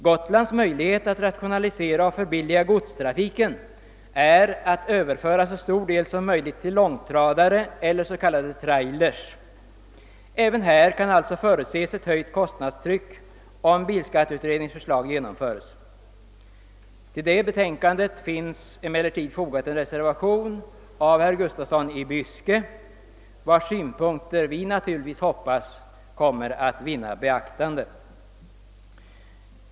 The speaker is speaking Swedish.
Gotlands möjlighet att rationalisera och förbilliga godstrafiken ligger i att överföra så stor del som möjligt till långtradare eller s.k. semi trailers. Även här kan alltså förutses ett höjt kostnadstryck, om bilskatteutredningens förslag genomförs. Till detta betänkande finns emellertid en reservation av herr Gustafsson i Byske, vars synpunkter vi naturligtvis hoppas kommer att vinna beaktande.